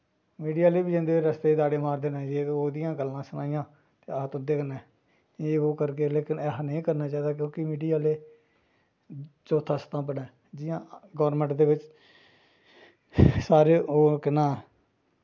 media आह्ले बी जंदे रस्ते च दाड़े मारदे अगर तूं ओह्दियां गल्लां सनाइयां ते अस तुं'दे कन्नै एह् बो करगे लेकिन ऐसा नेईं करना चाहिदा क्योंकि मीडिया आह्ले चौथा स्तंभ न जियां गौरमैंट दे बिच्च सारे ओह् केह् नांऽ